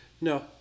No